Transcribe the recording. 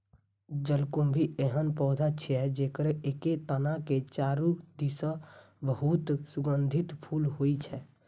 जलकुंभी एहन पौधा छियै, जेकर एके तना के चारू दिस बहुत सुगंधित फूल होइ छै